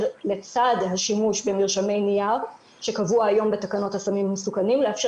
לצד השימוש במרשמי נייר שקבוע היום בתקנות הסמים המסוכנים לאפשר